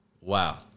Wow